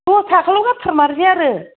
दस थाखाल' गारथारमारसै आरो